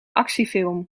actiefilm